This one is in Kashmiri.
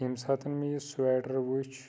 ییٚمہِ ساتَن مےٚ یہِ سویٹَر وٕچھ